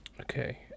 Okay